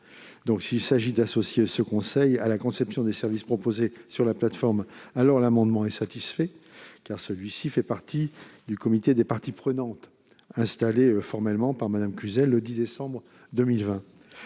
». S'il s'agit d'associer le CNCPH à la conception des services proposés sur la plateforme, l'amendement est satisfait, car il fait partie du comité des parties prenantes installé formellement par Mme Cluzel le 10 décembre 2020.